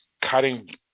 cutting